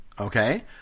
okay